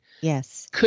Yes